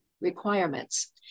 requirements